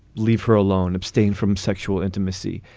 leave her alone, abstain from sexual intimacy.